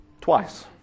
twice